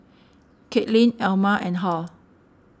Katelyn Alma and Hal